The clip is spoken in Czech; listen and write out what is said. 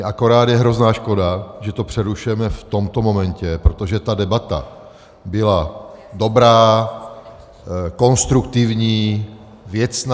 Akorát je hrozná škoda, že to přerušujeme v tomto momentě, protože ta debata byla dobrá, konstruktivní, věcná.